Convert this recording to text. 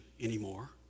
anymore